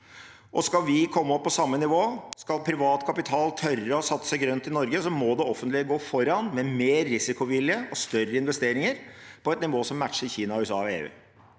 Skal vi komme opp på samme nivå, skal privat kapital tørre å satse grønt i Norge, må det offentlige gå foran med mer risikovilje og større investeringer på et nivå som matcher Kina, USA og EU.